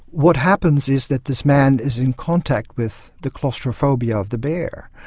what happens is that this man is in contact with the claustrophobia of the bear,